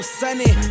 sunny